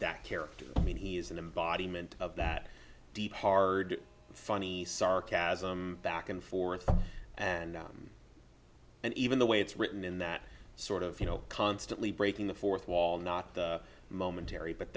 that character i mean he is an embodiment of that deep hard funny sarcasm back and forth and and even the way it's written in that sort of you know constantly breaking the fourth wall not momentary but